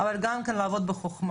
אבל גם כן, לעבוד בחכמה.